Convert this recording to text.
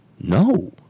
No